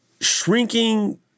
shrinking